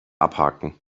abhaken